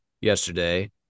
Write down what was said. yesterday